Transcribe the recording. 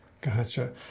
Gotcha